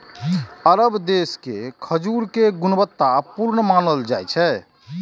अरब देश के खजूर कें गुणवत्ता पूर्ण मानल जाइ छै